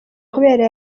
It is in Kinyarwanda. kubera